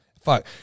fuck